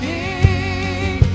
King